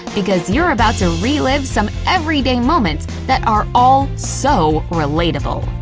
because you're about the re-live some everyday moments that are all so relatable.